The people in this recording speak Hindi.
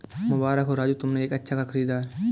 मुबारक हो राजू तुमने एक अच्छा घर खरीदा है